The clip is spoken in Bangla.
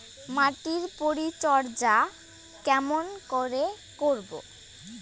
মাটির পরিচর্যা কেমন করে করব?